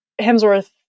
Hemsworth